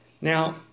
Now